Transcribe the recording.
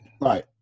right